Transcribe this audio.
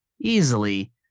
easily